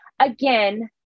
again